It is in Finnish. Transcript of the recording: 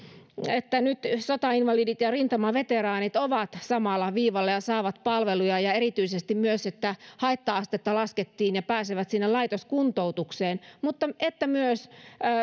että nyt sotainvalidit ja ja rintamaveteraanit ovat samalla viivalla ja saavat palveluja ja erityisesti myös että haitta astetta laskettiin ja he pääsevät sinne laitoskuntoutukseen mutta olisi myös hyvä että